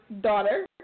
Daughter